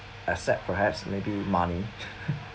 except perhaps maybe money